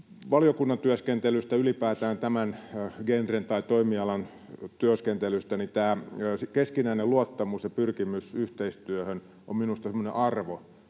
valiokunnan työskentelystä, ylipäätään tämän genren tai toimialan työskentelystä: Keskinäinen luottamus ja pyrkimys yhteistyöhön on minusta semmoinen arvo,